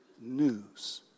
news